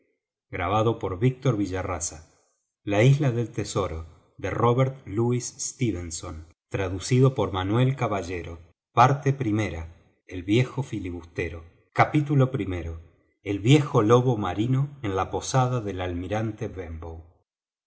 de la isla del tesoro parte i el viejo filibustero capítulo i el viejo lobo marino en la posada del almirante benbow